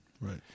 Right